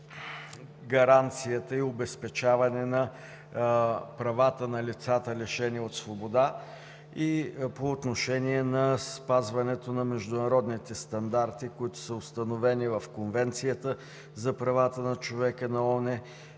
гаранцията и обезпечаване правата на лицата, лишени от свобода, по отношение спазването на международните стандарти, които са установени в Конвенцията за правата на човека на ООН,